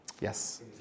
Yes